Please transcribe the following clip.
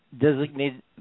designated